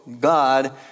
God